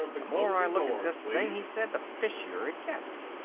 the more i look at this thing, he said, the fishier it gets.